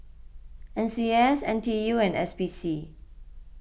N C S N T U and S P C